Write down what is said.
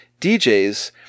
DJs